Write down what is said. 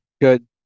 good